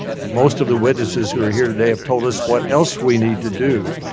most of the witnesses who are here today have told us what else we need to do.